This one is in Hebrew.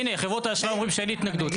הנה, חברות האשראי אומרות שאין התנגדות.